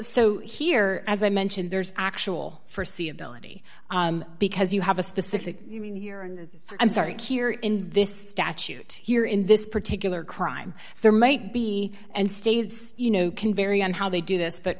so here as i mentioned there's actual for see ability because you have a specific meaning here and i'm sorry to hear in this statute here in this particular crime there might be and states you know can vary on how they do this but